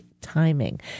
Timing